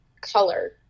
color